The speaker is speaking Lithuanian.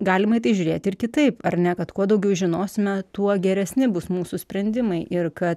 galima į tai žiūrėti ir kitaip ar ne kad kuo daugiau žinosime tuo geresni bus mūsų sprendimai ir kad